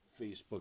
Facebook